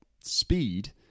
speed